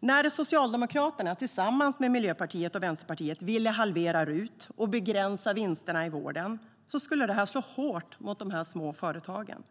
När Socialdemokraterna tillsammans med Miljöpartiet och Vänsterpartiet ville halvera RUT och begränsa vinsterna i vården skulle det slå hårt mot de här små företagen.